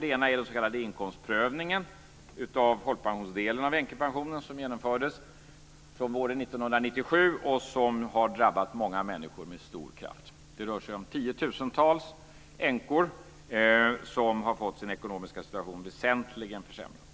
Det ena är den s.k. inkomstprövningen av folkpensionsdelen av änkepensionen som genomfördes våren 1997 och som har drabbat många människor med stor kraft. Det rör sig om tiotusentals änkor som har fått sin ekonomiska situation väsentligen försämrad.